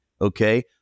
okay